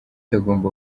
agomba